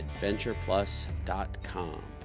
adventureplus.com